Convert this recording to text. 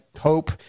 hope